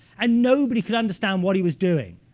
and nobody could understand what he was doing.